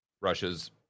Russia's